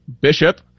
bishop